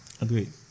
Agreed